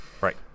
right